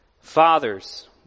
Fathers